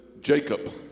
Jacob